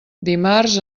dimarts